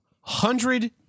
Hundred